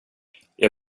jag